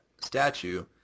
statue